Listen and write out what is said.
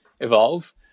evolve